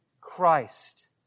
Christ